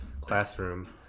classroom